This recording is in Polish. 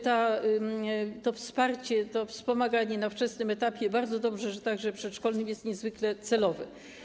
To wsparcie, to wspomaganie na wczesnym etapie, bardzo dobrze, że także przedszkolnym, jest niezwykle celowe.